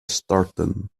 starten